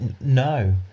No